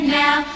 now